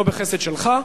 לא בחסד שלך,